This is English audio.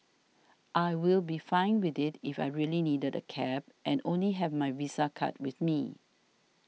I'll be fine with it if I really needed a cab and only have my Visa card with me